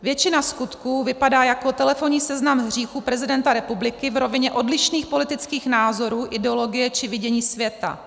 Většina skutků vypadá jako telefonní seznam hříchů prezidenta republiky v rovině odlišných politických názorů, ideologie či vidění světa.